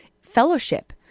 fellowship